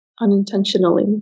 unintentionally